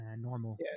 normal